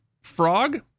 Frog